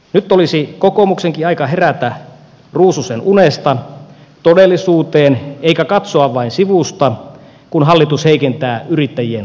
nyt olisi kokoomuksenkin aika herätä ruususenunesta todellisuuteen eikä katsoa vain sivusta kun hallitus heikentää yrittäjien asemaa